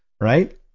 right